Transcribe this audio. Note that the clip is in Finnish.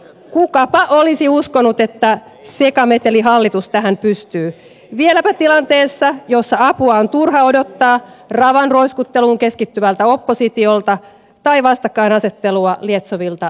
kukapa olisi uskonut että sekametelihallitus tähän pystyy vieläpä tilanteessa jossa apua on turha odottaa ravan roiskutteluun keskittyvältä oppositiolta tai vastakkainasettelua lietsovilta työmarkkinajärjestöiltä